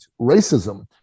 racism